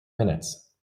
minutes